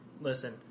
Listen